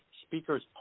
Speaker's